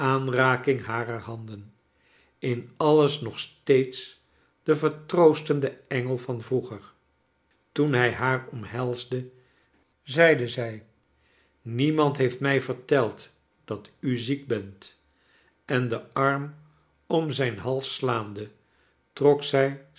aanraking barer handen hi alles nog steeds de vertroostende engel van vroeger toen hij haar omhelsde zeide zij niemand heeft mij verteld dat u ziek bent en den arm om zijn hals siaande trok zij